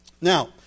now